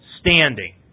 standing